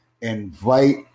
Invite